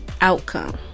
outcome